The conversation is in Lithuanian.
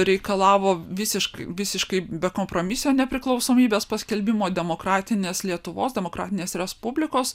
reikalavo visiškai visiškai bekompromisio nepriklausomybės paskelbimo demokratinės lietuvos demokratinės respublikos